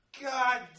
God